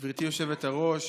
גברתי היושבת-ראש,